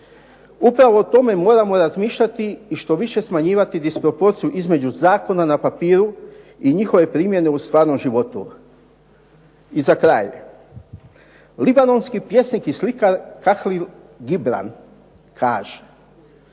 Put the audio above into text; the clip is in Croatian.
Upravo o tome moramo razmišljati i štoviše smanjivati disproporciju između zakona na papiru i njihove primjene u stvarnom životu. I za kraj. Libanonski pjesnik i slikar Kahril Gibran kaže